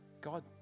God